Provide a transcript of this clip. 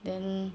then